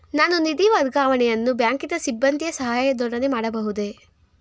ನಾನು ನಿಧಿ ವರ್ಗಾವಣೆಯನ್ನು ಬ್ಯಾಂಕಿನ ಸಿಬ್ಬಂದಿಯ ಸಹಾಯದೊಡನೆ ಮಾಡಬಹುದೇ?